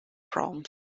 proms